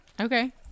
okay